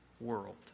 world